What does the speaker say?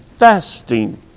Fasting